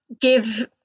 give